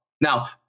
Now